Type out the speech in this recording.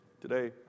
today